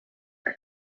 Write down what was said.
aga